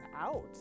out